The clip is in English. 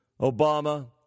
Obama